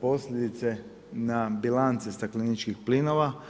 posljedice na bilance stakleničkih plinova.